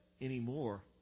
anymore